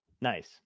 Nice